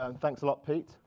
ah thanks a lot, pete.